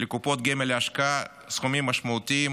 לקופות גמל להשקעה סכומים משמעותיים